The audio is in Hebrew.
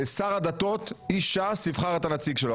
שר הדתות, איש ש"ס, יבחר את הנציג שלו.